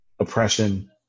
oppression